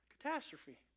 catastrophe